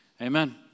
Amen